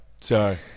Sorry